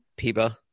Piba